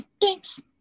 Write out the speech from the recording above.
Thanks